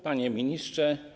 Panie Ministrze!